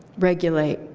regulate,